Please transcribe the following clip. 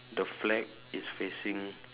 the flag is facing